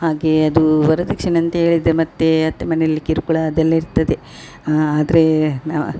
ಹಾಗೇ ಅದು ವರದಕ್ಷಿಣೆ ಅಂತ ಹೇಳಿದ್ರೆ ಮತ್ತು ಅತ್ತೆ ಮನೆಯಲ್ಲಿ ಕಿರುಕುಳ ಅದೆಲ್ಲ ಇರ್ತದೆ ಆದರೆ ನಾವು